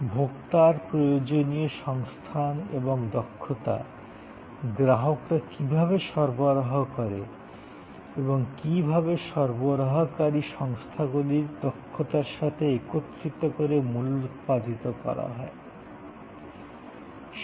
ভোক্তার প্রয়োজনীয় সংস্থান এবং দক্ষতা গ্রাহকরা কীভাবে সরবরাহ করে এবং কীভাবে সরবরাহকারী সংস্থাগুলির দক্ষতার সাথে একত্রিত করে মূল্য উৎপাদিত করা যায়